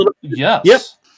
Yes